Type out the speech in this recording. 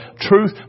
truth